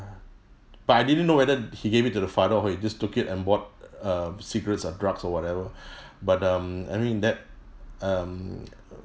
but I didn't know whether he gave it to the father or he just took it and bought uh cigarettes or drugs or whatever but um I mean that um